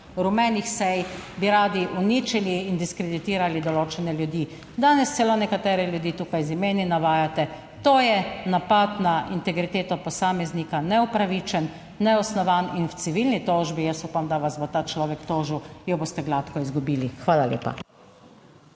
rumenih sej bi radi uničili in diskreditirali določene ljudi. Danes celo nekatere ljudi tukaj z imeni navajate. To je napad na integriteto posameznika, neupravičen, neosnovan in v civilni tožbi, jaz upam, da vas bo ta človek tožil, jo boste gladko izgubili. Hvala lepa.